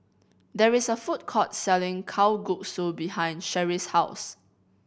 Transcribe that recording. there is a food court selling Kalguksu behind Sherrie's house